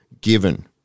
Given